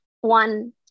one